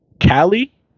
Cali